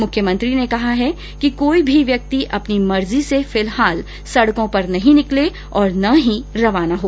मुख्यमंत्री ने कहा है कि कोई भी व्यक्ति अपनी मर्जी से फिलहाल सड़कों पर नहीं निकले और न ही रवाना हों